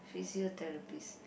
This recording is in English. physiotherapist